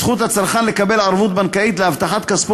זכות הצרכן לקבל ערבות בנקאית להבטחת כספו